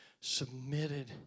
submitted